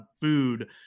food